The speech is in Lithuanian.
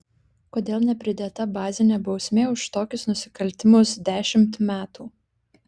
kodėl nepridėta bazinė bausmė už tokius nusikaltimus dešimt metų